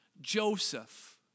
Joseph